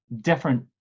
different